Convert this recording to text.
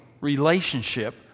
relationship